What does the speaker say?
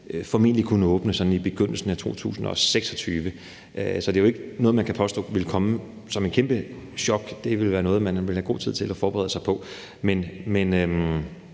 formentlig vil kunne åbne sådan i begyndelsen af 2026. Så det er jo ikke noget, man kan påstå vil komme som et kæmpe chok. Det vil være noget, man vil have god tid til at forberede sig på.